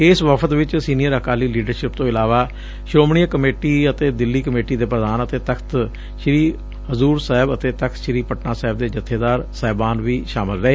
ਇਸ ਵਫ਼ਦ ਵਿਚ ਸੀਨੀਅਰ ਅਕਾਲੀ ਲੀਡਰਸ਼ਿਪ ਤੋਂ ਇਲਾਵਾ ਸ਼ੋਮਣੀ ਕਮੇਟੀ ਅਤੇ ਦਿੱਲੀ ਕਮੇਟੀ ਦੇ ਪ੍ਰਧਾਨ ਅਤੇ ਤਖ਼ਤ ਸ੍ਰੀ ਹਜ਼ਰ ਸਾਹਿਬ ਅਤੇ ਤਖ਼ਤ ਸ੍ਰੀ ਪਟਨਾ ਸਾਹਿਬ ਦੇ ਜਬੇਦਾਰ ਸਾਹਿਬਾਨ ਵੀ ਸ਼ਾਮਿਲ ਹੇ